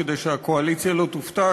כדי שהקואליציה לא תופתע,